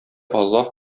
аллаһ